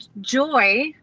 joy